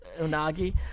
unagi